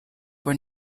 were